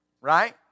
Right